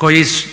već